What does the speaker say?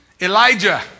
Elijah